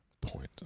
point